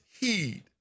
heed